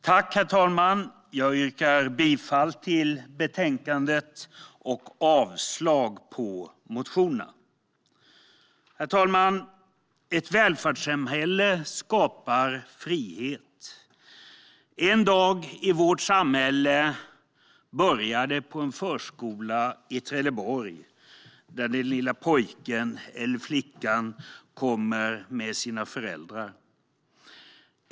Herr talman! Jag yrkar bifall till förslaget i betänkandet och avslag på motionerna och därmed reservationerna. Herr talman! Ett välfärdssamhälle skapar frihet. En dag i vårt samhälle börjar på en förskola i Trelleborg, dit den lilla pojken eller flickan kommer med sina föräldrar.